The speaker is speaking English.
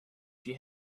she